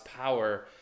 power